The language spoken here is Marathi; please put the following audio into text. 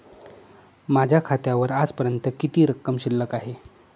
माझ्या खात्यावर आजपर्यंत किती रक्कम शिल्लक आहे?